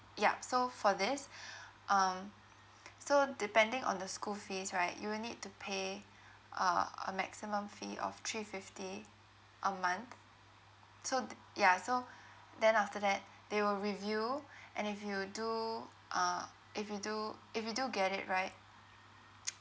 yup so for this um so depending on the school fees right you will need to pay uh a maximum fee of three fifty a month so th~ ya so then after that they will review and if you do uh if you do if you do get it right